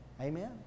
Amen